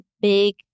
big